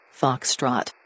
foxtrot